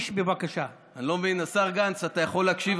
יש קבוצות